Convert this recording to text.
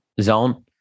zone